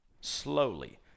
slowly